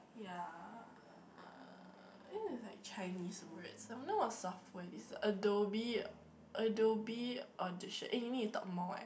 ya uh this is like Chinese words I don't know of software Ado~ Adobe Adobe edition eh you need to talk more eh